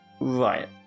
Right